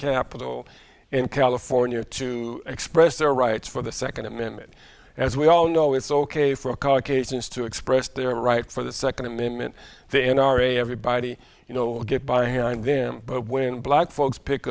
capitol in california to express their rights for the second amendment as we all know it's ok for caucasians to express their right for the second amendment the n r a everybody you know get by them but when black folks pick